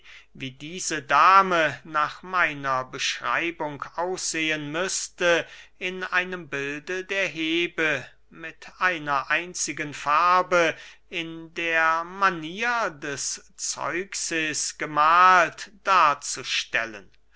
wie diese dame nach meiner beschreibung aussehen müßte in einem bilde der hebe mit einer einzigen farbe in der manier des zeuxis gemahlt darzustellen